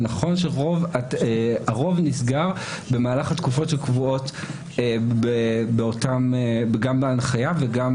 זה נכון שהרוב נסגר במהלך התקופות שקבועות גם בהנחיה וגם